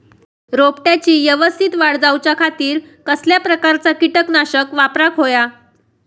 रोपट्याची यवस्तित वाढ जाऊच्या खातीर कसल्या प्रकारचा किटकनाशक वापराक होया?